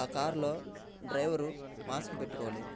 ఆ కార్లో driver mask పెట్టుకోలేదు